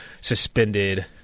suspended